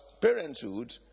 parenthood